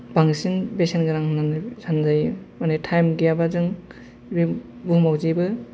बांसिन बेसेन गोनां होन्नानै सानजायो माने टाईम गैयाबा जों बुहुमाव जेबो